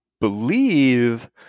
believe